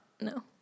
no